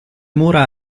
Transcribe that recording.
mura